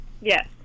yes